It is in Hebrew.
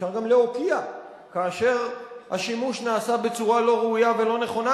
אפשר גם להוקיע כאשר השימוש נעשה בצורה לא ראויה ולא נכונה,